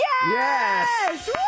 Yes